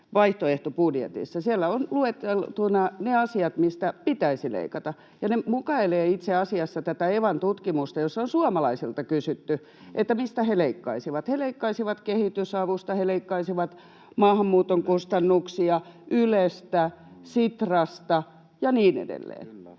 vaihtoehtobudjetissamme. Siellä ovat lueteltuina ne asiat, mistä pitäisi leikata, ja ne mukailevat itse asiassa tätä Evan tutkimusta, jossa on suomalaisilta kysytty, mistä he leikkaisivat. He leikkaisivat kehitysavusta. He leikkaisivat maahanmuuton kustannuksista, Ylestä, Sitrasta ja niin edelleen.